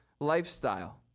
lifestyle